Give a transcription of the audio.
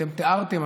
אתם תיארתם,